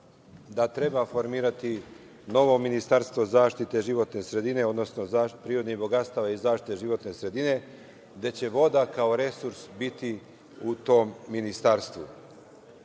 da treba formirati novo ministarstvo zaštite životne sredine, odnosno prirodnih bogatstava i zaštite životne sredine, gde će voda kao resurs biti u tom ministarstvu. Iako